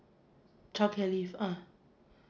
childcare leave ah